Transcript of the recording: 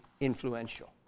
influential